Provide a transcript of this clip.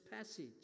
passage